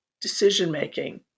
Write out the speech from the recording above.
decision-making